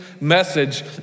message